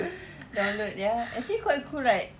download ya actually quite cool right